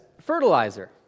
fertilizer